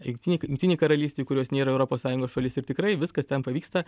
jungtinėj jungtinėj karalystėj kurios nėra europos sąjungos šalis ir tikrai viskas ten pavyksta